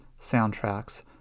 soundtracks